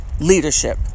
leadership